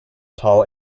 tall